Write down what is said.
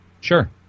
Sure